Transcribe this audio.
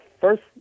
first